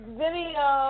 video